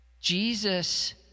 Jesus